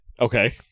okay